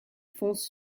fonce